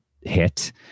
hit